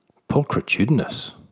pulchritudinous?